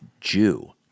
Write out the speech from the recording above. Jew